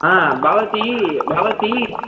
आ भवती भवती